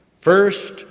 First